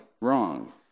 wrong